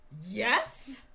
Yes